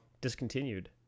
discontinued